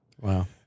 Wow